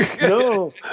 No